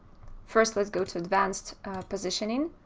first, let's go to advanced positioning